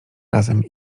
razem